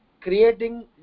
creating